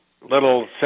little